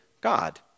God